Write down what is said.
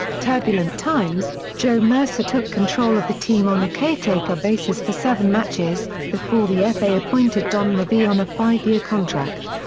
turbulent times joe mercer took control of the team on a caretaker basis for seven matches, before the fa appointed don revie on a five-year contract.